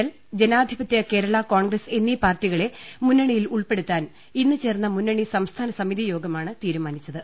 L ജനാധിപത്യകേരള Congress എന്നീ party കളെ മുന്നണിയിൽ ഉൾപ്പെടുത്താൻ ഇന്ന് ചേർന്ന മുന്നണി സംസ്ഥാന സമിതിയോഗമാണ് തീരുമാനിച്ചത്